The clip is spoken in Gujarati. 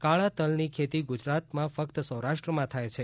કાળા તલની ખેતી ગુજરાતમાં ફક્ત સૌરાષ્ટ્રમાં થાય છે